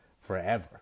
forever